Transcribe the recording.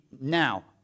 Now